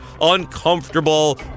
uncomfortable